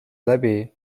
läbi